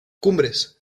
cumbres